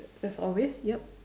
as always yup